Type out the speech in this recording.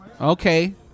Okay